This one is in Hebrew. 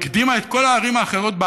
הקדימה את כל הערים האחרות בארץ,